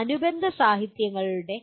അനുബന്ധ സാഹിത്യങ്ങളുടെ